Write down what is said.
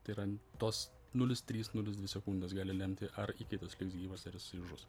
tai yra tos nulis trys nulis dvi sekundės gali lemti ar įkaitas liks gyvas ar jis žus